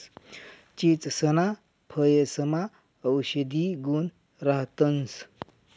चीचसना फयेसमा औषधी गुण राहतंस